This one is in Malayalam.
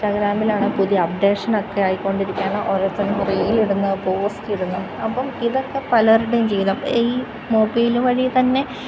ഇൻസ്റ്റഗ്രാമിലാണ് പുതിയ അപ്ഡേഷൻ ഒക്കെ ആയിക്കൊണ്ടിരിക്കുകയാണ് ഓരോരുത്തർ റീൽ ഇടുന്നു പോസ്റ്റ് ഇടുന്നു അപ്പോൾ ഇതൊക്കെ പലരുടെയും ജീവിതം ഈ മൊബൈൽ വഴി തന്നെ